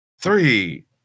three